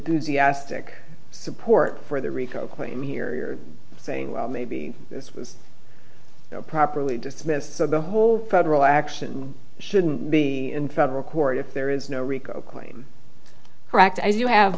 ass tick support for the rico claim here you're saying well maybe this was properly dismissed so the whole federal action shouldn't be in federal court if there is no rico claim correct as you